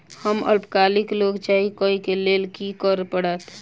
हमरा अल्पकालिक लोन चाहि अई केँ लेल की करऽ पड़त?